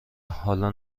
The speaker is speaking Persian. حالا